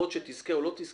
יכול להיות שתזכה או לא תזכה,